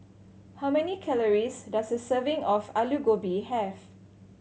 how many calories does a serving of Alu Gobi have